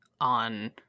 on